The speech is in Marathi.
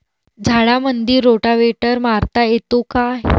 झाडामंदी रोटावेटर मारता येतो काय?